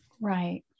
Right